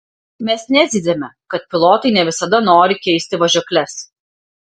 mes nezyziame kad pilotai ne visada nori keisti važiuokles